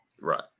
Right